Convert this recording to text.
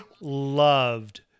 loved